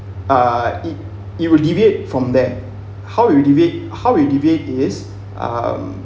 uh it it will debate from that how you will debate how you will debate is um